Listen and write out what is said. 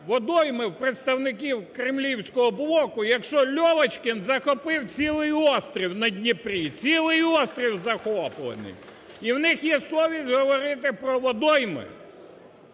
водойми в представників кремлівського блоку, якщо Льовочкін захопив цілий острів на Дніпрі? Цілий острів захоплений! І у них є совість говорити про водойми?